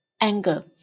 anger